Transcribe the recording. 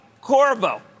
Corvo